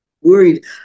worried